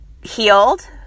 Healed